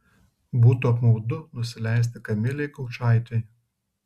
būtų apmaudu nusileisti kamilei gaučaitei